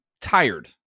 tired